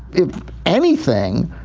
if anything,